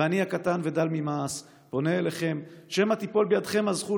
ואני הקטן ודל ממעש פונה אליכם שמא תיפול בידיכם הזכות